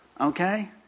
Okay